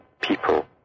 people